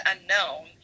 unknown